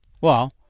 Well-